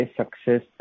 success